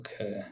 okay